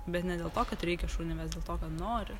bet ne dėl to kad reikia šunį vest dėl to kad noriu